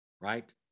right